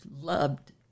loved